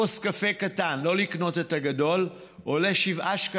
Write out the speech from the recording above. כוס קפה קטן, לא לקנות את הגדול, עולה 7.60 שקלים,